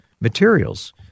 materials